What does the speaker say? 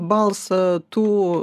balsą tų